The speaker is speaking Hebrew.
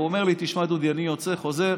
והוא אומר לי: תשמע דודי, אני יוצא, חוזר,